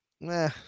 Meh